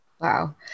Wow